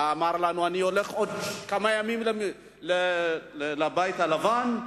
אמר לנו: אני הולך עוד כמה ימים לבית הלבן,